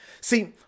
See